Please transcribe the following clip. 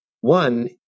One